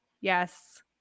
yes